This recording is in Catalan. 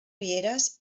rieres